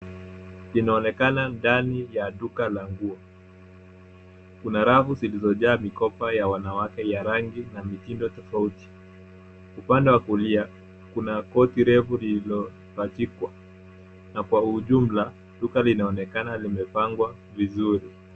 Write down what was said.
Inaonekana ndani ya duka la nguo. Kuna rafu zilizojaa mikoba ya wanawake ya rangi na mitindo tofauti. Upande wa kulia, kuna koti refu lililopachikwa na kwa ujumla duka linaonekana limepangwa vizuri.